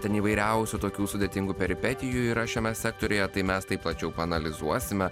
ten įvairiausių tokių sudėtingų peripetijų yra šiame sektoriuje tai mes tai plačiau paanalizuosime